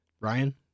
Ryan